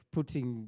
putting